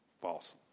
False